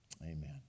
Amen